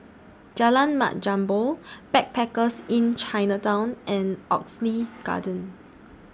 Jalan Mat Jambol Backpackers Inn Chinatown and Oxley Garden